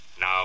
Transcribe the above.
Now